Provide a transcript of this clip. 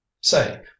Say